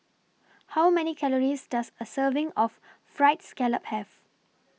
How Many Calories Does A Serving of Fried Scallop Have